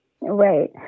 right